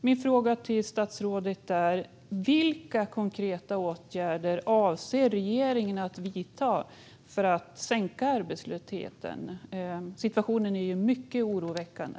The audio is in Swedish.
Min fråga till statsrådet är: Vilka konkreta åtgärder avser regeringen att vidta för att sänka arbetslösheten? Situationen är mycket oroväckande.